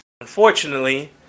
unfortunately